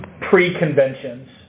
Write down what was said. pre-conventions